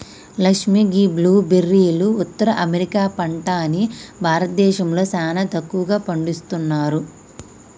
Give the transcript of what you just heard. లక్ష్మీ గీ బ్లూ బెర్రీలు ఉత్తర అమెరికా పంట అని భారతదేశంలో సానా తక్కువగా పండిస్తున్నారు